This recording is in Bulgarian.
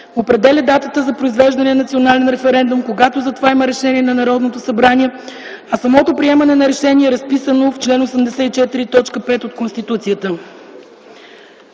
определя датата за произвеждане на национален референдум, когато за това има решение на Народното събрание, а самото приемане на решение е разписано в чл. 84, т. 5 от Конституцията.